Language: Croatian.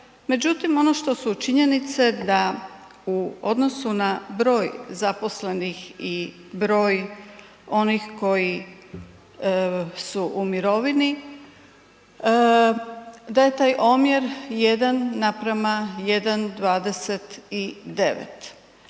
Međutim, ono što su činjenice da u odnosu na broj zaposlenih i broj onih koji su u mirovini da je taj omjer 1:1,29.